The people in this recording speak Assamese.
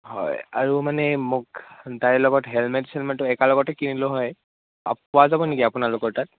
হয় আৰু মানে মোক লগত হেলমেট চেলমেটটো এক লগতে কিনিলো হয় পোৱা যাব নেকি আপোনালোকৰ তাত